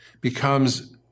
becomes